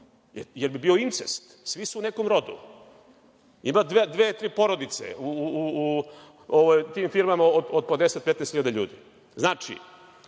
jer bi bio incest, svi su u nekom rodu. Ima dve, tri porodice u tim firmama od po 10, 15.000 ljudi. Znači,